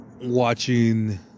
watching